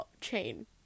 chain